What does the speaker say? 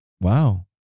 wow